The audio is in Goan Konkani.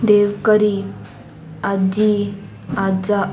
देवकरी आजी आजा